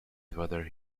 whether